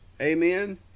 amen